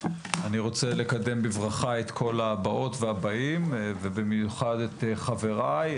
אני רוצה לקדם בברכה את כל הבאות והבאים ובמיוחד את חבריי,